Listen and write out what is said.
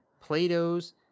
Plato's